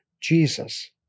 Jesus